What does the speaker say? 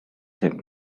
him